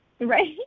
Right